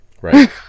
Right